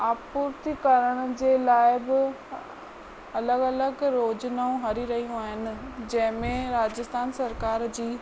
आपूति करण जे लाइ बि अलॻि अलॻि योजनाऊं हली रहियूं आहिनि जंहिंमें राजस्थान सरकार जी